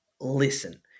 listen